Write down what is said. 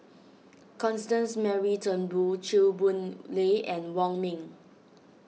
Constance Mary Turnbull Chew Boon Lay and Wong Ming